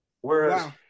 Whereas